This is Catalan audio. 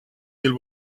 mil